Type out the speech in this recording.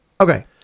Okay